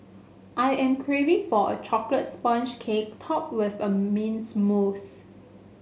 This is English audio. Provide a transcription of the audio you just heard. I am craving for a chocolate sponge cake topped with a mint mousse